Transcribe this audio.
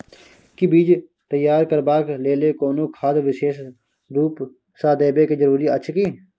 कि बीज तैयार करबाक लेल कोनो खाद विशेष रूप स देबै के जरूरी अछि की?